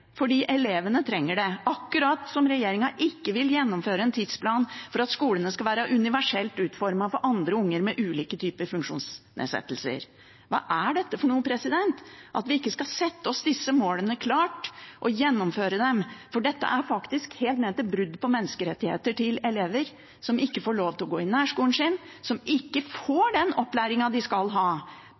fordi elevene trenger det. Regjeringen vil heller ikke gjennomføre en tidsplan for at skolene skal være universelt utformet for barn med ulike typer funksjonsnedsettelse. Hva er dette? Skal vi ikke sette oss disse målene og gjennomføre dem? Dette går faktisk helt ned til brudd på menneskerettighetene til elever som ikke får lov til å gå på nærskolen sin, eller som ikke får den opplæringen de skal ha